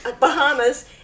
Bahamas